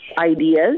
Ideas